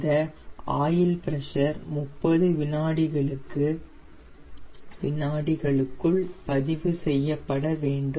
இந்த oil pressure 30 விநாடிகளுக்குள் பதிவு செய்யப்பட வேண்டும்